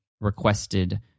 requested